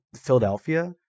philadelphia